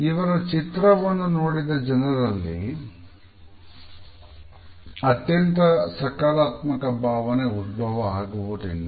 ಇವರ ಚಿತ್ರವನ್ನು ನೋಡಿದ ಜನರಲ್ಲಿ ಅತ್ಯಂತ ಸಕಾರಾತ್ಮಕ ಭಾವನೆ ಉದ್ಭವ ಆಗುವುದಿಲ್ಲ